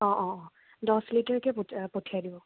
অ' অ' অ' দহ লিটাৰকৈ প পঠিয়াই দিব